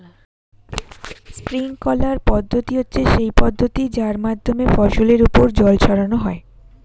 sprinkler পদ্ধতি হচ্ছে সেই পদ্ধতি যার মাধ্যমে ফসলের ওপর জল ছড়ানো হয়